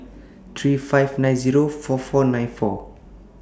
three five nine Zero four four nine four